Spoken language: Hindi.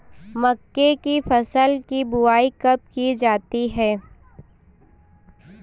मक्के की फसल की बुआई कब की जाती है?